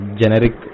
generic